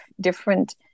different